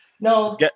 no